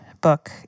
book